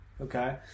Okay